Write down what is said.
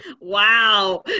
Wow